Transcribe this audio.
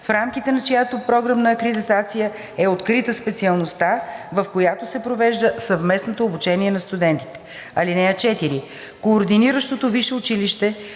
в рамките на чиято програмна акредитация е открита специалността, в която се провежда съвместното обучение на студентите. (4) Координиращото висше училище